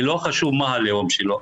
לא חשוב מה הלאום שלו,